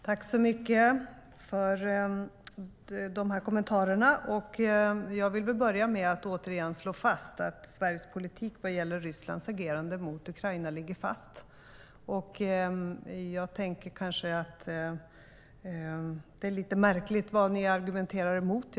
Herr talman! Tack så mycket för kommentarerna! Jag vill börja med att återigen slå fast att Sveriges politik vad gäller Rysslands agerande mot Ukraina ligger fast. Jag tänker kanske att det är lite märkligt vad ni argumenterar emot.